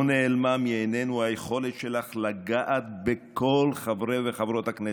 לא נעלמה מעינינו היכולת שלך לגעת בכל חברי וחברות הכנסת,